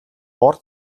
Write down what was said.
бор